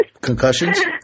Concussions